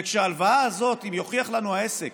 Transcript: וההלוואה הזאת, אם יוכיח לנו העסק